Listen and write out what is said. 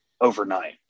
overnight